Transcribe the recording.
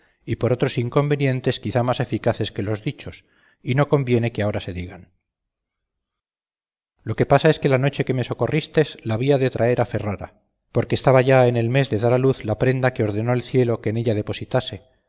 y por otros inconvenientes quizá más eficaces que los dichos y no conviene que ahora se digan lo que pasa es que la noche que me socorristes la había de traer a ferrara porque estaba ya en el mes de dar a luz la prenda que ordenó el cielo que en ella depositase